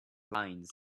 lines